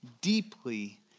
deeply